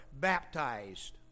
baptized